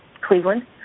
Cleveland